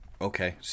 Okay